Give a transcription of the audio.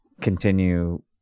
continue